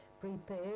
prepare